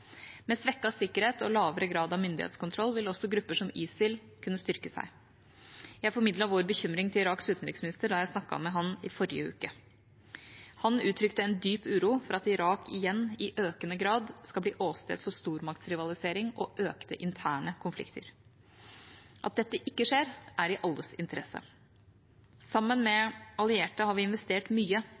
Med svekket sikkerhet og lavere grad av myndighetskontroll vil også grupper som ISIL kunne styrke seg. Jeg formidlet vår bekymring til Iraks utenriksminister da jeg snakket med ham i forrige uke. Han uttrykte en dyp uro for at Irak igjen i økende grad skal bli åsted for stormaktsrivalisering og økte interne konflikter. At dette ikke skjer, er i alles interesse. Sammen med allierte har vi investert mye